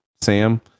Sam